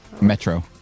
metro